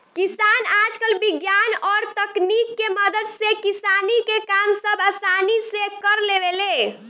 किसान आजकल विज्ञान और तकनीक के मदद से किसानी के काम सब असानी से कर लेवेले